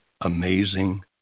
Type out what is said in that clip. amazing